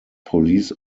police